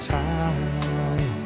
time